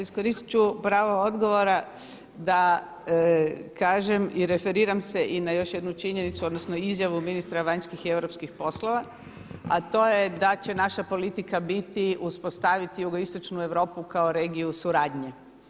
Iskoristiti ću pravo odgovora da kažem i referiram se i na još jednu činjenicu, odnosno izjavu ministra vanjskih i europskih poslova a to je da će naša politika biti uspostaviti jugoistočnu Europu kao regiju suradnje.